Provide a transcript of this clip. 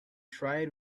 tried